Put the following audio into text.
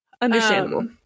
Understandable